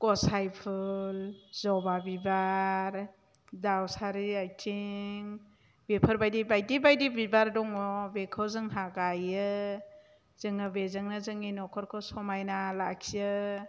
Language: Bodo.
गसाइफुल जबा बिबार दाउसारि आथिं बेफोरबायदि बायदि बायदि बिबार दङ बेखौ जोंहा गायो जोङो बेजोंनो जोंनि न'खरखौ समायना लाखियो